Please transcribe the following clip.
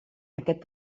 aquest